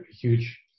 huge